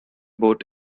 boat